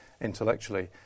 intellectually